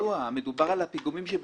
לא, זה ידוע, מדובר על הפיגומים שברשותנו,